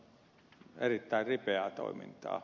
se on erittäin ripeää toimintaa